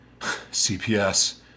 CPS